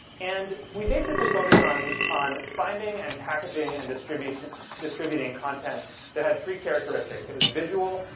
and we basically focused on on finding, and packaging and distributing distributing content that had three characteristics it was visual,